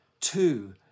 Two